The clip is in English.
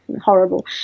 horrible